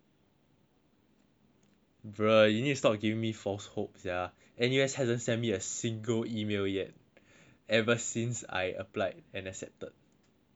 bro you need to stop giving me false hope sia N_U_S hasn't sent me a single email yet ever since I applied and accepted